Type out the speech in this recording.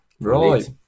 right